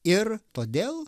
ir todėl